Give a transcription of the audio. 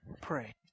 Pray